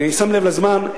אני שם לב לזמן,